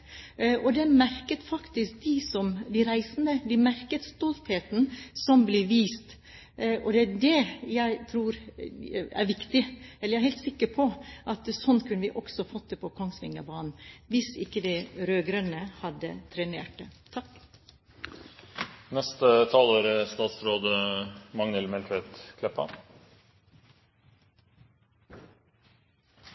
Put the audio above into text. de reisende merket stoltheten som ble vist. Det er det jeg tror er viktig – ja, jeg er helt sikker på at slik kunne vi også fått det på Kongsvingerbanen hvis ikke de rød-grønne hadde trenert det. Lat meg berre seia aller fyrst når det gjeld Gjøvikbanen: Eg har sjølv reist med Gjøvikbanen. Eg synest det er